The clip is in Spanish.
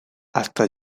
hasta